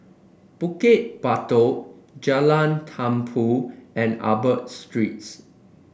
Bukit Batok Jalan Tumpu and Arab Streets